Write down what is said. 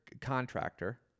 contractor